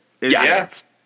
Yes